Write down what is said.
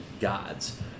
gods